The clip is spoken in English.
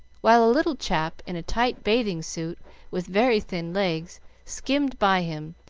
while a little chap in a tight bathing-suit with very thin legs skimmed by him,